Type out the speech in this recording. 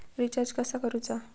Recharge कसा करूचा?